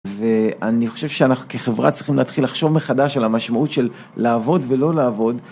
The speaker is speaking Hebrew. ואני חושב שאנחנו כחברה צריכים להתחיל לחשוב מחדש על המשמעות של לעבוד ולא לעבוד.